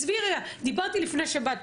דיברתי לפני שבאת,